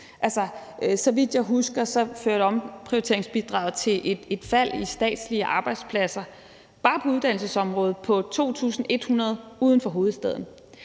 Så vidt jeg husker, førte omprioriteringsbidraget til et fald i antallet af statslige arbejdspladser, bare på uddannelsesområdet, på 2.100 uden for hovedstaden.